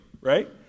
right